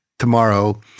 tomorrow